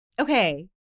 Okay